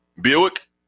Buick